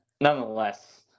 nonetheless